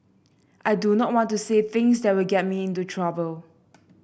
I do not want to say things that will get me into trouble